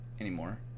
anymore